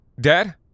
Dad